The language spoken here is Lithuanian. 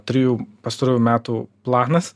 trijų pastarųjų metų planas